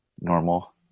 normal